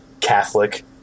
Catholic